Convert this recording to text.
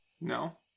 No